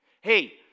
Hey